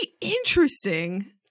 interesting